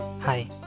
Hi